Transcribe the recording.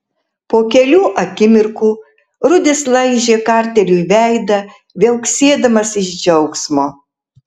po kelių akimirkų rudis laižė karteriui veidą viauksėdamas iš džiaugsmo